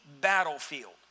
battlefield